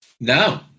No